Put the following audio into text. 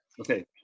Okay